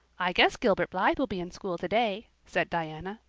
i guess gilbert blythe will be in school today, said diana.